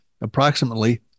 approximately